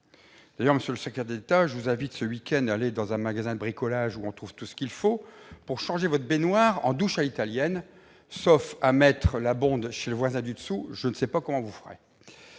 D'ailleurs, monsieur le secrétaire d'État, je vous invite à aller ce week-end dans un magasin de bricolage, où on trouve tout ce qu'il faut, pour changer votre baignoire en douche à l'italienne. Sauf à mettre la bonde chez le voisin du dessous, je ne sais pas comment vous ferez